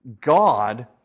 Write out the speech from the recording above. God